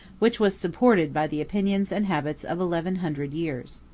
which was supported by the opinions and habits of eleven hundred years.